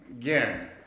Again